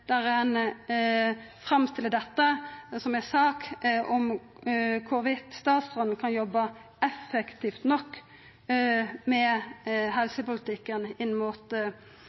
der ein framstiller dette som ei sak om statsråden kan jobba effektivt nok med helsepolitikken inn mot